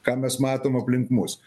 ką mes matom aplink mus